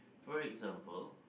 for example